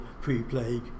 pre-plague